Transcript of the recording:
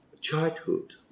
childhood